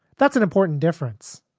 that's an important difference.